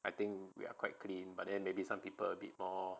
I think we are quite clean but then maybe some people are a bit more